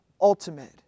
ultimate